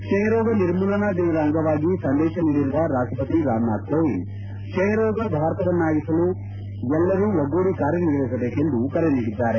ಕ್ಷಯ ರೋಗ ನಿರ್ಮೂಲನಾ ದಿನದ ಅಂಗವಾಗಿ ಸಂದೇಶ ನೀಡಿರುವ ರಾಷ್ಷಪತಿ ರಾಮನಾಥ್ ಕೋವಿಂದ್ ಕ್ಷಯಮುಕ್ತ ಭಾರತವನ್ನಾಗಿಸಲು ಎಲ್ಲರೂ ಒಗ್ಗೂಡಿ ಕಾರ್ಯ ನಿರ್ವಹಿಸಬೇಕೆಂದು ಕರೆ ನೀಡಿದ್ದಾರೆ